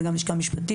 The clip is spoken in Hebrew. זה גם הלשכה המשפטית,